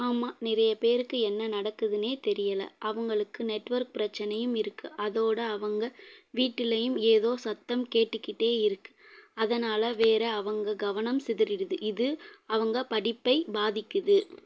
ஆமாம் நிறைய பேருக்கு என்ன நடக்குதுன்னே தெரியல அவங்களுக்கு நெட்வொர்க் பிரச்சனையும் இருக்குது அதோடய அவங்க வீட்டிலையும் ஏதோ சத்தம் கேட்டுக்கிட்டே இருக்குது அதனால் வேறு அவங்க கவனம் சிதறிடுது இது அவங்க படிப்பை பாதிக்குது